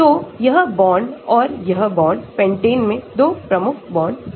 तो यह बॉन्ड और यह बॉन्ड पेंटेन में 2 प्रमुख बॉन्ड हैं